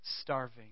starving